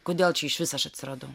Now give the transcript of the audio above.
kodėl čia išvis aš atsiradau